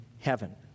heaven